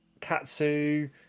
katsu